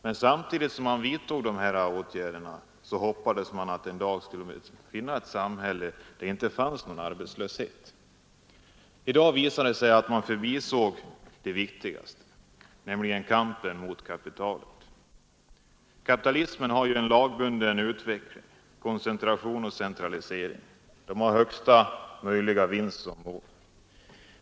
Men samtidigt som man vidtog dessa åtgärder hoppades man att samhället en dag skulle bli sådant att det inte skulle finnas någon arbetslöshet. I dag visar det sig att man förbisåg det viktigaste, nämligen kampen mot kapitalet. Kapitalismen har en lagbunden utveckling — koncentration och centralisering. Den har högsta möjliga vinst som mål.